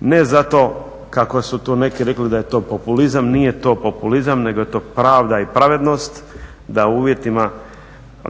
ne zato kako su to neki rekli da je to populizam, nije to populizam nego je to pravda i pravednost da